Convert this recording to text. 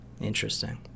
Interesting